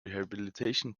rehabilitation